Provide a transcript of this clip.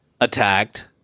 attacked